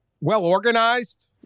well-organized